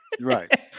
Right